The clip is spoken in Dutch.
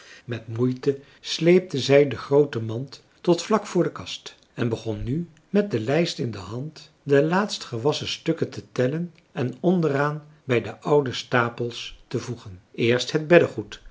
met moeite sleepte zij de groote mand tot vlak voor de kast en begon nu met de lijst in de hand de laatst gewasschen stukken te tellen en onderaan bij de oude stapels te voegen eerst het